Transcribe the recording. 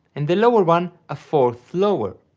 and the lower one a fourth lower.